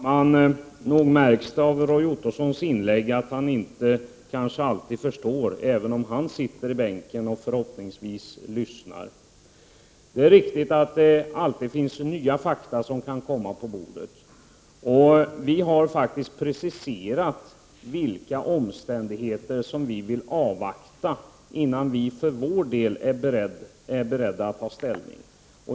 Herr talman! Nog märks det av Roy Ottossons inlägg att han kanske inte alltid förstår även om han sitter i bänken och förhoppningsvis lyssnar. Det är riktigt att det alltid kan komma nya fakta på bordet. Vi har faktiskt preciserat vilka omständigheter som vi vill avvakta, innan vi för vår del är beredda att ta ställning.